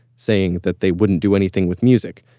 saying that they wouldn't do anything with music.